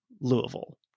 Louisville